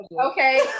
Okay